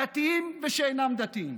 דתיים ושאינם דתיים,